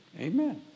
Amen